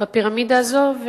בפירמידה הזאת,